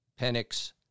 Penix